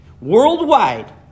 worldwide